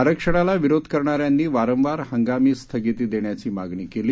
आरक्षणाला विरोध करणाऱ्यांनी वारंवार हंगामी स्थगिती देण्याची मागणी केली